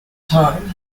time